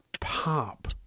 pop